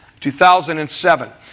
2007